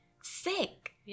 sick